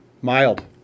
Mild